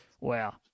Wow